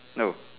no